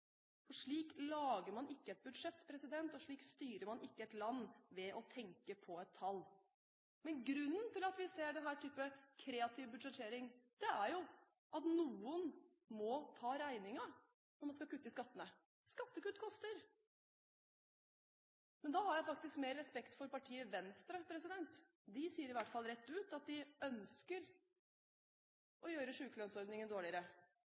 ned. Slik lager man ikke et budsjett, og slik styrer man ikke et land – ved å tenke på et tall. Grunnen til at vi ser denne type kreativ budsjettering, er jo at noen må ta regningen når man skal kutte i skattene. Skattekutt koster. Da har jeg faktisk mer respekt for Venstre. De sier i hvert fall rett ut at de ønsker å gjøre sykelønnsordningen dårligere.